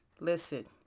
listen